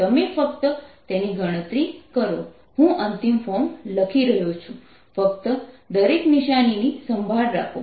તમે ફક્ત તેની ગણતરી કરો હું અંતિમ ફોર્મ લખી રહ્યો છું ફક્ત દરેક નિશાની ની સંભાળ રાખો